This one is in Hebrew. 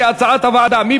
כהצעת הוועדה,